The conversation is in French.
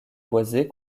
boisée